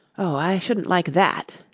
oh, i shouldn't like that